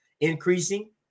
increasing